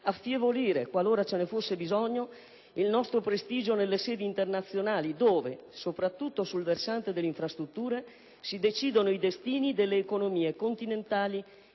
affievolire, qualora ce ne fosse bisogno, il nostro prestigio nelle sedi internazionali dove, soprattutto sul versante delle infrastrutture, si decidono i destini delle economiche continentali